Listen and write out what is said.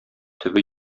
төбе